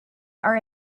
are